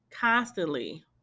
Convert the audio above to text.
constantly